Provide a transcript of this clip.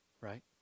right